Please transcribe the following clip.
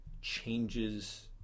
changes